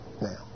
now